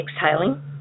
exhaling